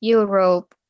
Europe